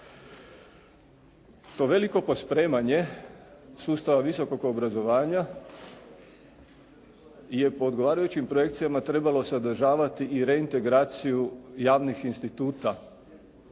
To veliko pospremanje sustava visokog obrazovanja je po odgovarajućim projekcijama trebalo sadržavati i reintegraciju javnih instituta